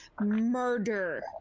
murder